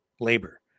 labor